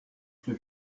que